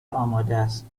آمادست